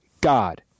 God